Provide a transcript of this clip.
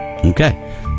Okay